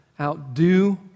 outdo